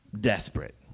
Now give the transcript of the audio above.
desperate